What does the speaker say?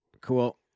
Cool